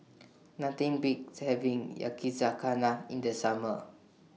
Nothing Beats having Yakizakana in The Summer